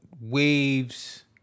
waves